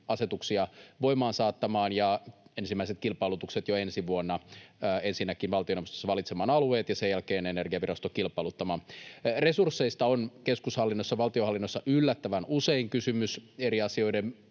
asetuksia voimaan saattamaan ja saisimme ensimmäiset kilpailutukset jo ensi vuonna: ensinnäkin valtioneuvostossa valitsemaan alueet ja sen jälkeen Energiaviraston kilpailuttamaan. Resursseista on keskushallinnossa, valtionhallinnossa, yllättävän usein kysymys eri asioiden